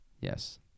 Yes